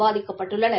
பாதிக்கப்பட்டுள்ளனர்